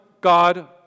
God